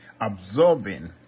absorbing